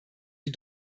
die